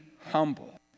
humble